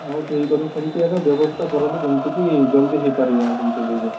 ହଉ ଠିକ୍ ଅଛି ସେମ୍ତି ଏକା ବ୍ୟବସ୍ଥା କରନ୍ତୁ ଯେମ୍ତିକି ଜଲଦି ହେଇପାରିବ ଯେମ୍ତି ହେଲେ ବି